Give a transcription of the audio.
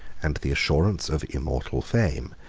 and the assurance of immortal fame,